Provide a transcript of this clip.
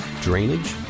drainage